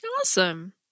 Awesome